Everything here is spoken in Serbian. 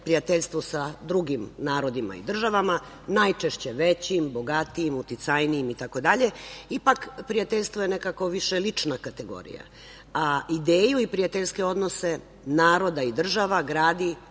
sa drugim narodima i državama, najčešće većim, bogatijim, uticajnijim itd. Ipak, prijateljstvo je nekako više lična kategorija, a ideju i prijateljske odnose naroda i država gradi